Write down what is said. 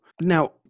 Now